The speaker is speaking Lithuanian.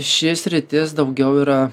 ši sritis daugiau yra